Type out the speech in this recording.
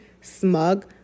smug